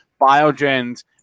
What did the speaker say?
Biogen's